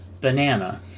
Banana